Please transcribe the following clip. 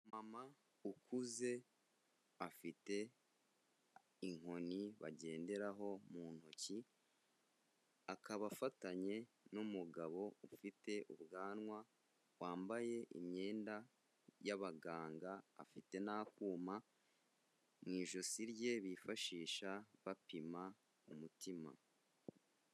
Umumama ukuze afite inkoni bagenderaho mu ntoki, akaba afatanye n'umugabo ufite ubwanwa, wambaye imyenda y'abaganga afite n'akuma mu ijosi rye bifashisha bapima umutima.